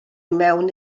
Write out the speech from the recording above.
mewn